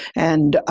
and,